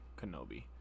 Kenobi